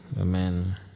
Amen